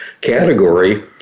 category